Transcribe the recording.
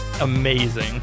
amazing